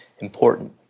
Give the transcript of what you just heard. Important